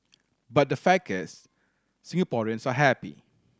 but the fact is Singaporeans are happy